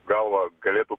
gal galėtų